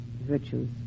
virtues